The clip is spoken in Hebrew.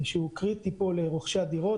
שהוא קריטי פה לרוכשי הדירות,